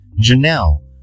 Janelle